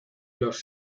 los